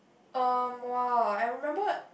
erm !wah! I remembered